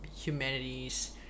humanities